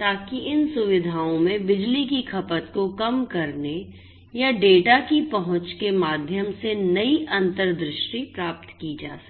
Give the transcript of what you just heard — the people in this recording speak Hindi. ताकि इन सुविधाओं में बिजली की खपत को कम करने या डेटा की पहुंच के माध्यम से नई अंतर्दृष्टि प्राप्त की जा सके